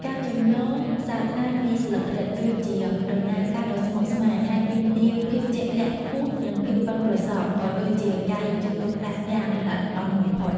ការចម្លងសាត្រាពីស្លឹករឹត គឺជាដំណើរការដ៏ស្មុគស្មាញ ហើយទាមទារភាពជាក់លាក់ខ្ពស់និងភាពបុិនប្រសព ក៏ដូចជាការយកចិត្តទុកដាក់យ៉ាងល្អិតល្អន់បំផុត។